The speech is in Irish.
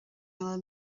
eile